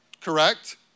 Correct